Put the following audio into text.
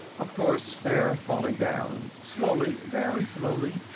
of course, they're falling down slowly, very slowly.